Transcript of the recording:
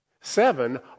Seven